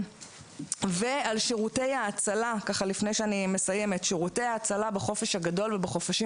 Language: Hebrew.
לגבי שירותי ההצלה בחופש הגדול ובחופשים